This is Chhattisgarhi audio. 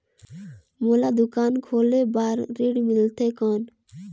मोला दुकान खोले बार ऋण मिलथे कौन?